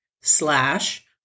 slash